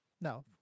No